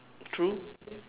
true